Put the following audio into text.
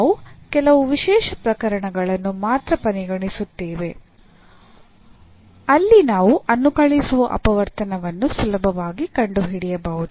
ನಾವು ಕೆಲವು ವಿಶೇಷ ಪ್ರಕರಣಗಳನ್ನು ಮಾತ್ರ ಪರಿಗಣಿಸುತ್ತೇವೆ ಅಲ್ಲಿ ನಾವು ಅನುಕಲಿಸುವ ಅಪವರ್ತನವನ್ನು ಸುಲಭವಾಗಿ ಕಂಡುಹಿಡಿಯಬಹುದು